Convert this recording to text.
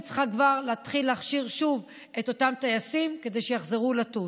היא צריכה כבר להתחיל להכשיר שוב את אותם טייסים כדי שיחזרו לטוס.